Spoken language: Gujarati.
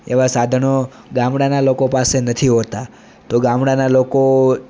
એવાં સાધનો ગામડાના લોકો પાસે નથી હોતા તો ગામડાના લોકો